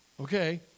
okay